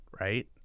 right